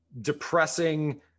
depressing